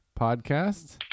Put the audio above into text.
podcast